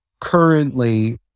currently